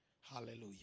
Hallelujah